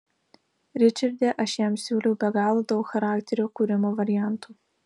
ričarde aš jam siūliau be galo daug charakterio kūrimo variantų